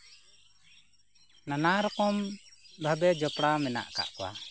ᱱᱟᱱᱟ ᱨᱚᱠᱚᱢ ᱵᱷᱟᱵᱮ ᱡᱚᱯᱲᱟᱣ ᱢᱮᱱᱟᱜ ᱠᱟᱜ ᱠᱚᱣᱟ